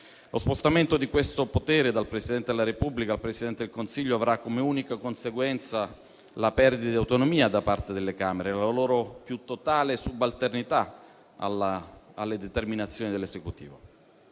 Lo spostamento di questo potere dal Presidente della Repubblica al Presidente del Consiglio avrà come unica conseguenza la perdita di autonomia da parte delle Camere, la loro più totale subalternità alle determinazioni dell'Esecutivo.